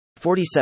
47